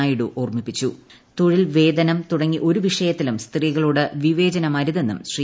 നായിഡു ഔർമ്മിപ്പിച്ചു തൊഴിൽ വേതനം തുടങ്ങി ഒരു വിഷയത്തിലും സ്ത്രീകളോടു വിവേചനമരുതെന്നും ശ്രീ